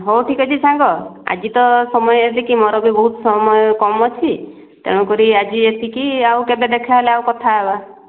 ହୋଉ ଠିକ୍ ଅଛି ସାଙ୍ଗ ଆଜି ତ ସମୟ ଏତିକି ମୋର ବି ବହୁତ ସମୟ କମ୍ ଅଛି ତେଣୁକରି ଆଜି ଏତିକି ଆଉ କେବେ ଦେଖାହେଲେ ଆଉ କଥା ହେବା